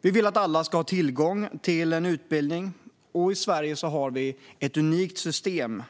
Vi vill att alla ska ha tillgång till en utbildning, och i Sverige har vi ett unikt system